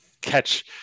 catch